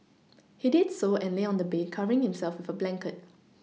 he did so and lay on the bed covering himself with a blanket